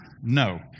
No